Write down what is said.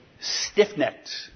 stiff-necked